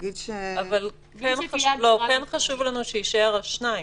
כן חשוב לנו שיישאר שניים.